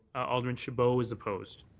alderman chabot is opposed.